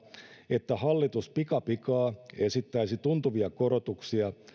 että hallitus pikapikaa esittäisi tuntuvia korotuksia